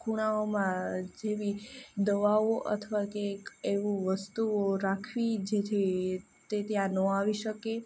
ખૂણાઓમાં જેવી દવાઓ અથવા કે એક એવું વસ્તુઓ રાખવી જેથી તે ત્યાં ન આવી શકે